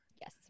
Yes